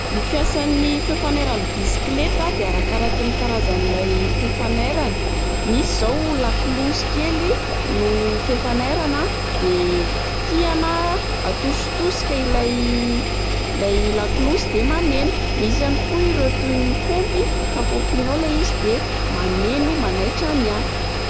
Ny fiasan'ny feo fanairan'ny bisikleta a de arakaraky ny karazan'ilay feo fanairana, misy zao lakolosy kely no feo fanairana de kitihana atositosika ilay ilay lakolosy de maneno, misy ihany koa ireo toy ny paompy ka paompinao ilay izy de maneno manaitra ny hafa.